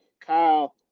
Kyle